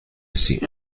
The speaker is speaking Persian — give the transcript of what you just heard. رسی